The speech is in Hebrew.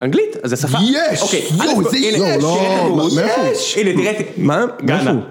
אנגלית? זה שפה? יש! אוקיי, אני... יואו, זה יש! יואו, זה יש! לא, לא, לא, מאיפה? יש! הנה, תראה את... מה? גל!